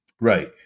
right